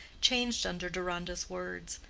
changed under deronda's words,